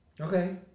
okay